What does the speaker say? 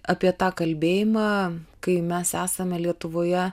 apie tą kalbėjimą kai mes esame lietuvoje